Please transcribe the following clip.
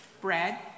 bread